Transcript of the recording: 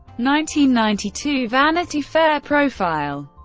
ninety ninety two vanity fair profile